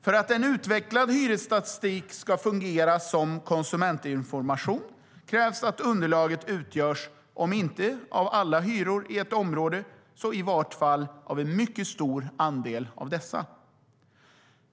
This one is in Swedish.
För att en utvecklad hyresstatistik ska fungera som konsumentinformation krävs det att underlaget utgörs av om inte alla hyror i ett område så i vart fall en mycket stor andel av dessa.